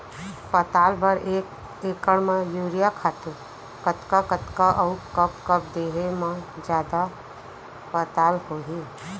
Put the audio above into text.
पताल बर एक एकड़ म यूरिया खातू कतका कतका अऊ कब कब देहे म जादा पताल होही?